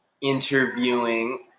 interviewing